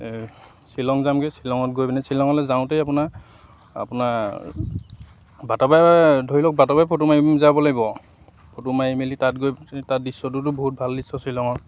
এই শ্বিলং যামগৈ শ্বিলঙত গৈ পিনে শ্বিলঙলৈ যাওঁতেই আপোনাৰ আপোনাৰ বাটৰপৰা ধৰি লওক বাটৰপৰা ফটো মাৰি যাব লাগিব ফটো মাৰি মেলি তাত গৈ তাত দৃশ্যটোতো বহুত ভাল দৃশ্য শ্বিলঙৰ